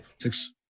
Six